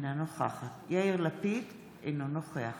אינה נוכחת יאיר לפיד, אינו נוכח